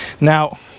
Now